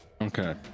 Okay